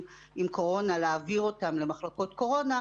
עם קורונה להעביר אותם למחלקות קורונה,